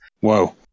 Whoa